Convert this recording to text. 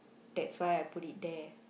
that's why I put it there